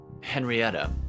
Henrietta